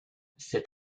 cet